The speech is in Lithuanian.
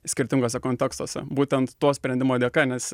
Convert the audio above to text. skirtinguose kontekstuose būtent to sprendimo dėka nes